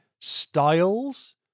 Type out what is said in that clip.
styles